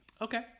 Okay